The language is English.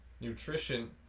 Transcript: nutrition